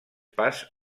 pas